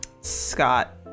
Scott